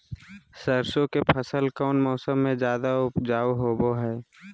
सरसों के फसल कौन मौसम में ज्यादा उपजाऊ होबो हय?